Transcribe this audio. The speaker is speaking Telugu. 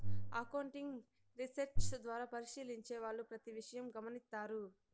అకౌంటింగ్ రీసెర్చ్ ద్వారా పరిశీలించే వాళ్ళు ప్రతి విషయం గమనిత్తారు